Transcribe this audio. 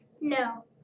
No